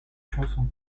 chansons